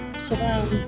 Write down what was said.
Shalom